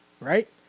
Right